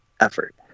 effort